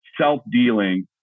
self-dealing